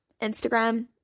Instagram